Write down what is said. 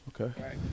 okay